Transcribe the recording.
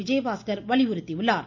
விஜயபாஸ்கர் வலியுறுத்தியுள்ளார்